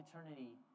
eternity